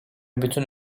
bütün